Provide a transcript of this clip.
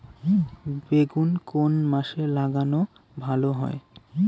বেগুন কোন মাসে লাগালে ভালো হয়?